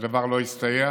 והדבר לא הסתייע: